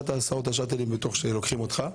את ההסעות והשאטלים בתוך שלוקחים אותך.